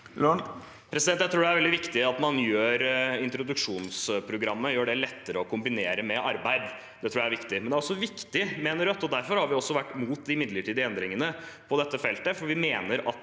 Jeg tror det er veldig viktig at man gjør introduksjonsprogrammet lettere å kombinere med arbeid. Det tror jeg er viktig. Men introduksjonsprogrammet er også viktig, mener Rødt, og derfor har vi også vært mot de midlertidige endringene på dette feltet,